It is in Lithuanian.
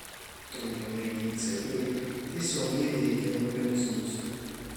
trumpalaikiai ciklai tiesiogiai veikia organizmus